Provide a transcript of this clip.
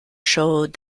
showed